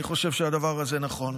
אני חושב שהדבר הזה נכון.